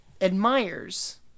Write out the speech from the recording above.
admires